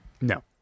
No